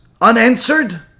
unanswered